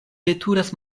veturas